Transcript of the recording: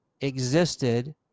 existed